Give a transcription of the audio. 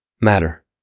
matter